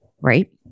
Right